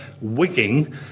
wigging